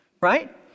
right